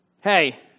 Hey